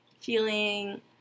feeling